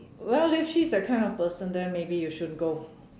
well if she's that kind of person then maybe you shouldn't go